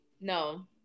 No